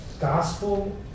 gospel